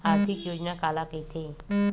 आर्थिक योजना काला कइथे?